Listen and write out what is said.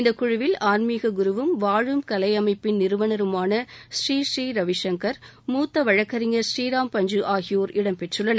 இந்த குழுவில் ஆன்மீக குருவும் வாழும் கலை அமைப்பின் நிறுவனருமான ஸ்ரீ ஸ்ரீ ரவிசங்கர் முத்த வழக்கறிஞர் புரீராம் பஞ்சு ஆகியோர் இடம்பெற்றுள்ளனர்